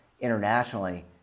internationally